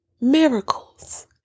miracles